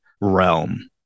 realm